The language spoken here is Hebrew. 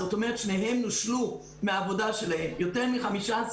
זאת אומרת שניהם נושלו מהעבודה שלהם - יותר מ-15%.